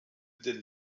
denn